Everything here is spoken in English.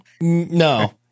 no